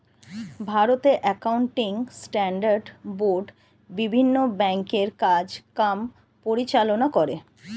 ভারতে accounting standard board বিভিন্ন ব্যাংকের কাজ কাম পরিচালনা করে